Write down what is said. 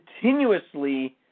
continuously –